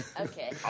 Okay